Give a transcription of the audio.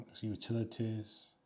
utilities